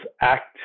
act